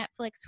Netflix